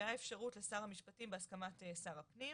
נקבעה אפשרות לשר המשפטים בהסכמת שר הפנים,